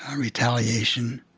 um retaliation,